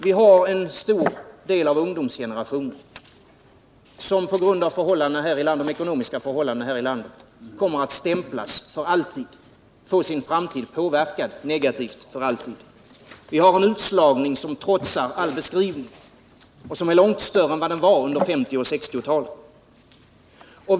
Det är en stor del av ungdomsgenerationen som på grund av de ekonomiska förhållandena här i landet kommer att stämplas för alltid, få sin framtid påverkad negativt för alltid. Vi har en utslagning som trotsar all beskrivning och som är långt större än utslagningen under 1950 och 1960-talen.